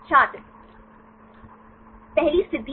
छात्र पहली स्थिति